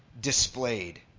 displayed